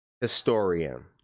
historian